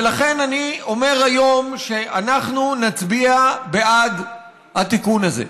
ולכן, אני אומר היום שאנחנו נצביע בעד התיקון הזה.